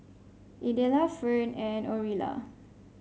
Idella Ferne and Orilla